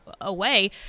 away